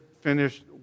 finished